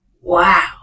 wow